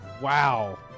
wow